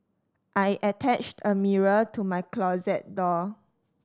I attached a mirror to my closet door